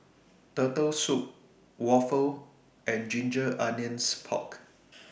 Turtle Soup Waffle and Ginger Onions Pork